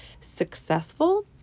successful